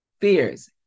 fears